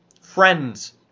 Friends